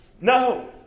No